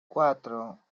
cuatro